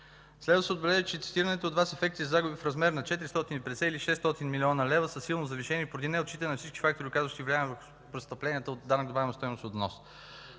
Следва да се отбележи, че цитираните от Вас ефекти за загуби в размер на 450 или 600 млн. лв. са силно завишени поради неотчитане на всички фактори, оказващи влияние върху престъпленията от данък добавена стойност от внос.